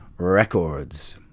Records